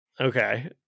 okay